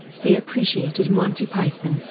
he appreciated monty python,